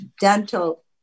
dental